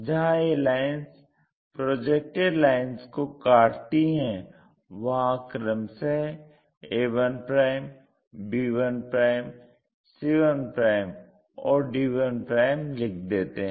जहां ये lines projected lines को काटती हैं वहां क्रमश a1 b1 c1 और d1 लिख देते हैं